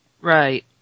Right